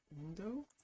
window